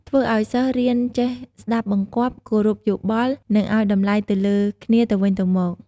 ធ្វើឲ្យសិស្សរៀនចេះស្ដាប់បង្គាប់ គោរពយោបល់ និងឲ្យតម្លៃទៅលើគ្នាទៅវិញទៅមក។